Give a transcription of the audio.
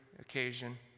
occasion